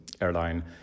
airline